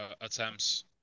attempts